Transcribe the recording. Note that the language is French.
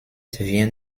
vient